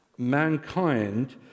Mankind